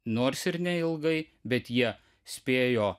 nors ir neilgai bet jie spėjo